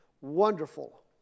Wonderful